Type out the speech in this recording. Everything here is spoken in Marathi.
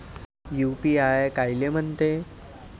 यू.पी.आय कायले म्हनते?